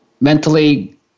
mentally